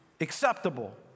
acceptable